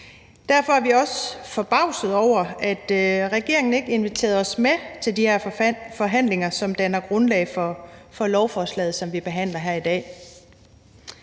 Derfor er vi også forbavsede over, at regeringen ikke inviterede os med til de her forhandlinger, som danner grundlag for det lovforslag, som vi behandler her i dag.